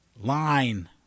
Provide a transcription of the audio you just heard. line